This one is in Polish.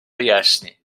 wyjaśni